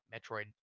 metroid